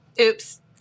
Oops